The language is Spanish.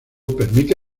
permite